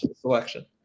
selection